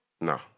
No